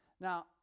Now